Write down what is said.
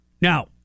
Now